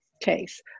case